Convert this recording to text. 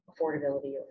affordability